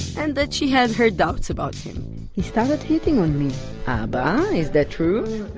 and that she had her doubts about him he started hitting on me abba, is that true?